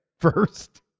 first